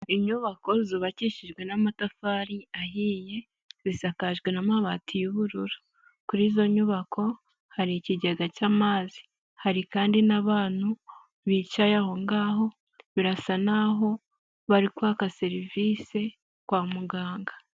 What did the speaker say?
Inyubako zubakishijwe n'amatafari ahiye zisakajwe n'amabati y'ubururu, kuri izo nyubako hari ikigega cy'amazi, hari kandi n'abantu bicaye aho ngaho birasa n'aho bari kwaka serivise kwa muganga.